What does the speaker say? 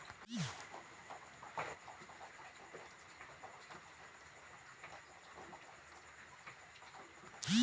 हमर खाता में कृषि अनुदान के पैसा अलई?